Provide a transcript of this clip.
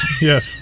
yes